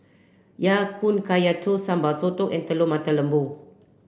Ya Kun Kaya Toast Sambal Sotong and Telur Mata Lembu